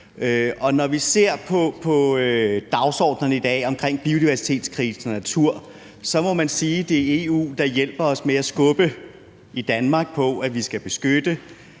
Når vi ser på dagsordenen i dag vedrørende biodiversitetskrise og natur, må man sige, at det er EU, der hjælper os med at skubbe på i Danmark i forhold til at beskytte.